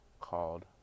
called